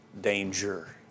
danger